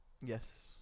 Yes